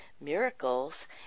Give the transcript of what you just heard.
miracles